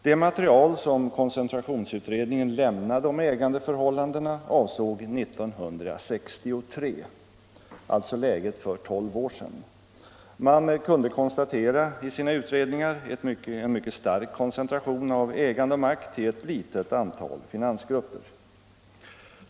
Det material som koncentrationsutredningen lämnade om ägandeförhållandena avsåg 1963 — alltså läget för tolv år sedan. Man kunde i sina utredningar konstatera en mycket stark koncentration av ägande och makt till ett litet antal finansgrupper.